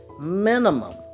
minimum